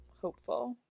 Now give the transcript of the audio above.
Hopeful